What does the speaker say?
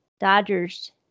Dodgers